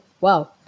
Wow